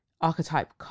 archetype